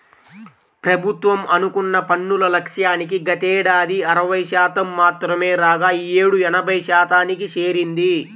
ప్రభుత్వం అనుకున్న పన్నుల లక్ష్యానికి గతేడాది అరవై శాతం మాత్రమే రాగా ఈ యేడు ఎనభై శాతానికి చేరింది